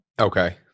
Okay